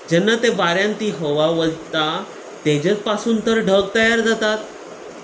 जेन्ना ते वाऱ्यान ती हवा वलता तेजेर पासून तर ढग तयार जातात